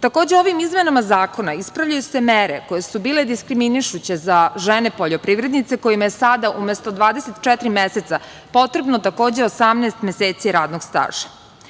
Takođe ovim izmenama zakona ispravljaju se mere koje su bile diskriminišuće za žene poljoprivrednice kojima je sada umesto 24 meseca potrebno takođe 18 meseci radnog staža. Ovim